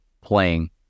playing